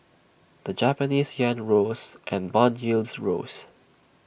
the Japanese Yen rose and Bond yields rose